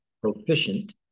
proficient